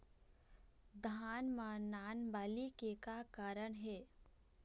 धान म नान बाली के का कारण हे?